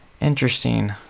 Interesting